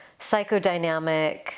psychodynamic